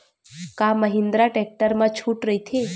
का महिंद्रा टेक्टर मा छुट राइथे?